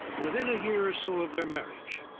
within a year or so of their marriage,